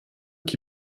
qui